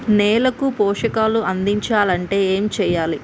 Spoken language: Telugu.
నేలకు పోషకాలు అందించాలి అంటే ఏం చెయ్యాలి?